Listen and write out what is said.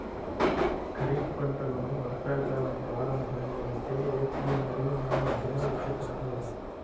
ఖరీఫ్ పంటలను వర్షాకాలం ప్రారంభంలో అంటే ఏప్రిల్ మరియు మే మధ్యలో విత్తుతారు